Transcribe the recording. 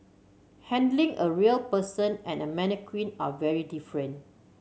handling a real person and a mannequin are very different